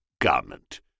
garment